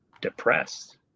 depressed